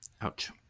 Ouch